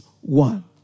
one